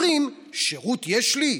אומרים, שירות יש לי?